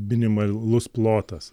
minimalus plotas